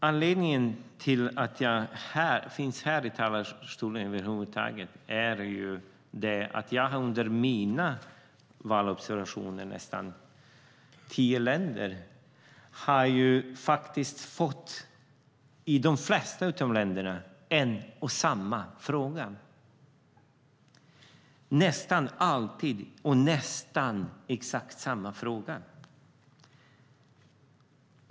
Anledningen till att jag står i talarstolen över huvud taget är att jag under mina valobservationer i nästan tio länder i de flesta av länderna har fått en och samma fråga. Det har nästan alltid varit exakt samma fråga.